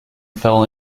fell